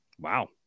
Wow